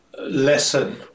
lesson